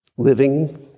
Living